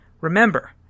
Remember